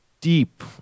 Deep